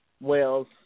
Wales